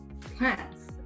plants